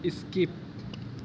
skip